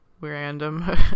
random